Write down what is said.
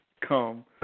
come